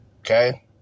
Okay